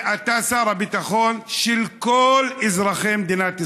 אתה שר הביטחון של כל אזרחי מדינת ישראל.